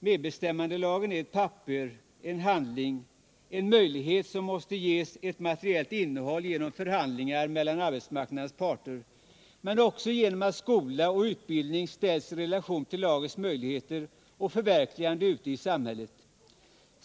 Medbestämmandelagen är ett papper, en handling, en möjlighet, som måste ges ett materiellt innehåll genom förhandlingar mellan arbetsmarknadens parter men också genom att skola och utbildning ställs i relation till lagens möjligheter och förverkligande ute i samhället.